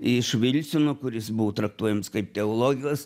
iš vilsono kuris buvo traktuojams kaip teologas